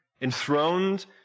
enthroned